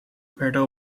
werden